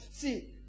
See